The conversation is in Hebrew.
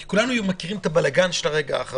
כי הרי כולנו מכירים את הבלגן של הרגע האחרון.